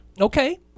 Okay